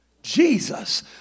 Jesus